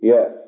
Yes